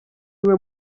niwe